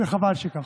וחבל שכך.